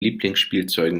lieblingsspielzeugen